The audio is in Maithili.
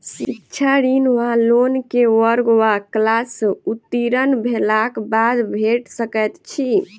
शिक्षा ऋण वा लोन केँ वर्ग वा क्लास उत्तीर्ण भेलाक बाद भेट सकैत छी?